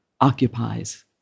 occupies